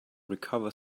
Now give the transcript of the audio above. recover